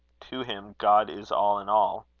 to him, god is all in all.